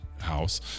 house